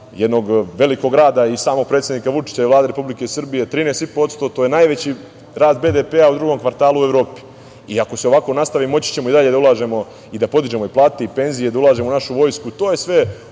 jednog velikog rada i samog predsednika Vučića i Vlade Republike Srbije. Dakle, 13,5% je najveći rast BDP-a u drugom kvartalu u Evropi. Ako se ovako nastavi, moći ćemo i dalje da ulažemo i da podižemo plate i penzije, da ulažemo u našu vojsku. To je sve